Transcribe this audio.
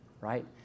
right